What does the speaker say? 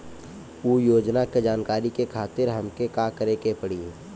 उ योजना के जानकारी के खातिर हमके का करे के पड़ी?